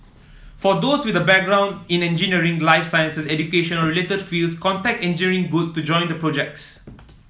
for those with a background in engineering life sciences education or related fields contact Engineering Good to join their projects